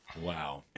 Wow